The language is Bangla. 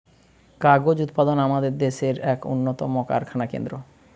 কাগজ উৎপাদন আমাদের দেশের এক উন্নতম কারখানা কেন্দ্র